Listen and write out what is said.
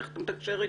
איך אתה מתקשר אתו?